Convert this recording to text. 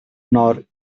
nor